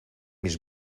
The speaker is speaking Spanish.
mis